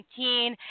2019